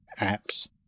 apps